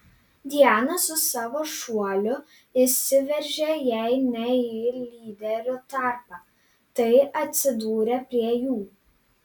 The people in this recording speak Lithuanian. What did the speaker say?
diana su savo šuoliu įsiveržė jei ne į lyderių tarpą tai atsidūrė prie jų